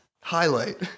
highlight